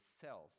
self